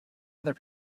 other